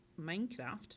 Minecraft